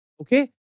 Okay